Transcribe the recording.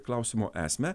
klausimo esmę